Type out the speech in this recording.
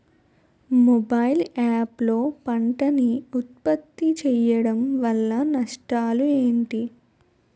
Mobile app లో పంట నే ఉప్పత్తి చేయడం వల్ల నష్టాలు ఏంటి?